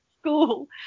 school